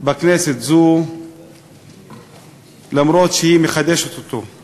בכנסת זו אף שהיא מחדשת אותו,